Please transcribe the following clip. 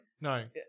No